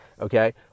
Okay